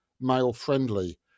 male-friendly